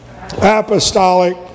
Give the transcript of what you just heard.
apostolic